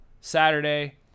Saturday